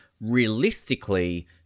realistically –